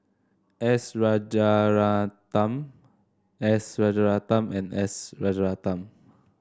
S Rajaratnam S Rajaratnam and S Rajaratnam